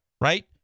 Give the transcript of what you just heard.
right